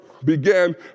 Began